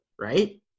right